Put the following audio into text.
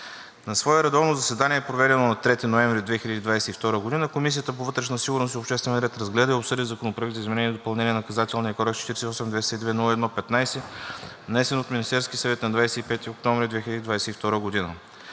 На свое редовно заседание, проведено на 3 ноември 2022 г., Комисията по вътрешна сигурност и обществен ред разгледа и обсъди Законопроект за изменение и допълнение на Наказателния кодекс, № 48-202-01-15, внесен от Министерския съвет на 25 октомври 2022 г.